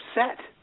upset